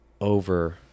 over